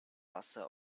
wasser